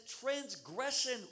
transgression